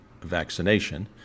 vaccination